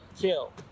kill